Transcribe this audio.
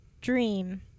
dream